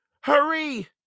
Hurry